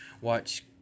watch